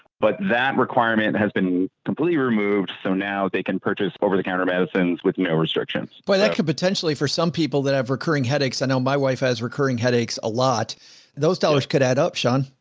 but that requirement has been completely removed. so now they can purchase over the counter medicines with no restrictions but like could potentially, for some people that have recurring headaches. i know my wife has recurring headaches a lot, and those dollars could add up sean.